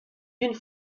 d’une